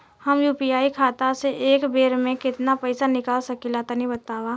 हम यू.पी.आई खाता से एक बेर म केतना पइसा निकाल सकिला तनि बतावा?